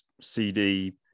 cd